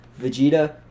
Vegeta